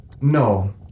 No